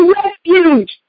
refuge